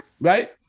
Right